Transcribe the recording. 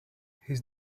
his